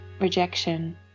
rejection